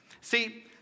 See